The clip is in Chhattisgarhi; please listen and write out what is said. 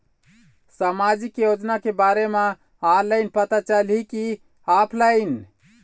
सामाजिक योजना के बारे मा ऑनलाइन पता चलही की ऑफलाइन?